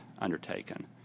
undertaken